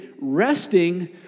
resting